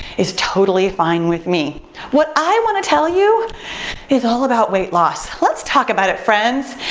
is totally fine with me. what i wanna tell you is all about weight loss. let's talk about it, friends.